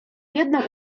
jedną